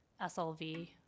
SLV